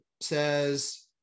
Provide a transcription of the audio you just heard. says